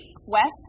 West